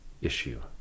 issue